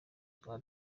rwa